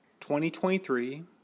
2023